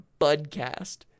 budcast